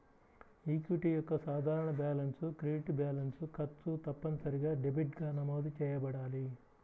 equity యొక్క సాధారణ balance credit balance, ఖర్చు తప్పనిసరిగా డెబిట్గా నమోదు చేయబడాలి